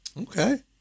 Okay